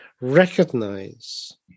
recognize